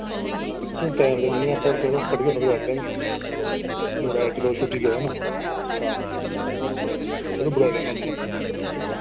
परसूं टैम ते नी ऐ पर चलो कड्ढगे थुआढ़े बास्तै मुड़ा इक दो छुट्टी गेदा ना तां हां चलो बलाई लैन्ना मैं